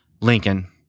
Lincoln